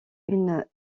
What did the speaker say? une